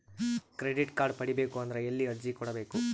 Credit card ಪಡಿಬೇಕು ಅಂದ್ರ ಎಲ್ಲಿ ಅರ್ಜಿ ಕೊಡಬೇಕು?